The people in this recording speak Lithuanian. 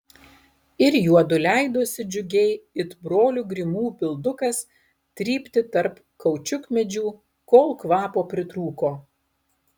ir juodu leidosi džiugiai it brolių grimų bildukas trypti tarp kaučiukmedžių kol kvapo pritrūko